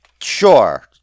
Sure